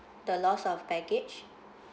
the lost of baggage